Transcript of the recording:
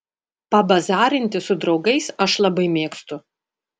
pabazarinti su draugais aš labai mėgstu